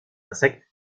insectes